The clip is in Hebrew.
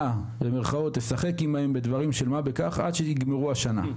אתה "תשחק" עמם בדברים של מה בכך עד שיגמרו השנה".